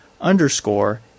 underscore